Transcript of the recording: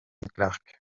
clarke